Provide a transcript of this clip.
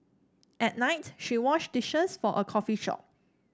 at night she washed dishes for a coffee shop